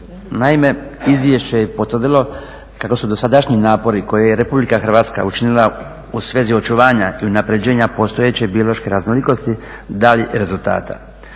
Naime, izvješće je potvrdilo kako su dosadašnji napori koje je RH učinila u svezi očuvanja i unapređenja postojeće biološke raznolikosti dali rezultata.